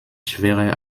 schwerer